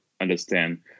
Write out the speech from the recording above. understand